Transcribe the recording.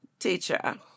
Teacher